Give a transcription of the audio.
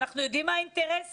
אנחנו יודעים מה האינטרסים.